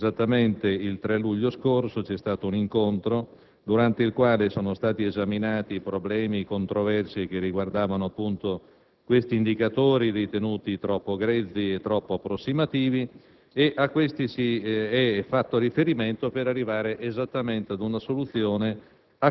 esattamente il 3 luglio scorso c'è stato un incontro durante il quale sono stati esaminati problemi e controversie che riguardavano appunto questi indicatori, ritenuti troppo grezzi e approssimativi. A questi si è fatto riferimento per arrivare ad una soluzione